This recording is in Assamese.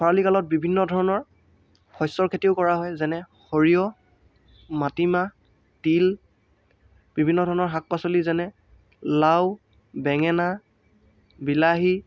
খৰালি কালত বিভিন্ন ধৰণৰ শস্যৰ খেতিয়ো কৰা হয় যেনে সৰিয়হ মাটি মাহ তিল বিভিন্ন ধৰণৰ শাক পাচলি যেনে লাও বেঙেনা বিলাহী